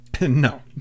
No